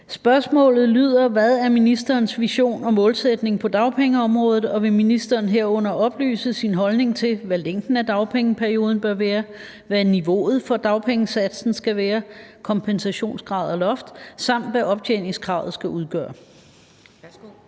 Velasquez (EL)): Hvad er ministerens vision og målsætning på dagpengeområdet, og vil ministeren herunder oplyse sin holdning til, hvad længden af dagpengeperioden bør være, hvad niveauet af dagpengesatsen skal være (kompensationsgrad og loft), samt hvad optjeningskravet skal udgøre?